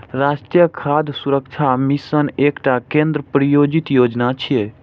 राष्ट्रीय खाद्य सुरक्षा मिशन एकटा केंद्र प्रायोजित योजना छियै